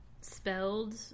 spelled